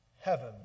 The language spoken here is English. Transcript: heaven